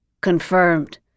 Confirmed